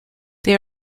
they